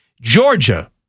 Georgia